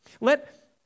Let